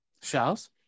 Charles